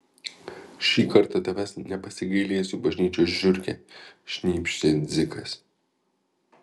šį kartą tavęs nepasigailėsiu bažnyčios žiurke šnypštė dzikas